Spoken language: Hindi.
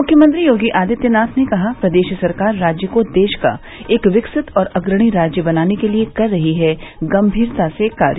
मुख्यमंत्री योगी आदित्यनाथ ने कहा प्रदेश सरकार राज्य को देश का एक विकसित और अग्रणी राज्य बनाने के लिए कर रही है गम्भीरता से कार्य